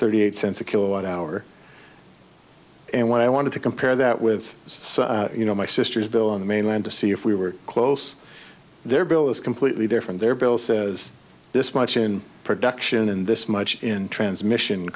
thirty eight cents a kilowatt hour and when i want to compare that with some you know my sister's bill on the mainland to see if we were close there bill is completely different there bill says this much in production in this much in transmission